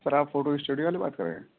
سر آپ photo studio والے بات کر رہے ہے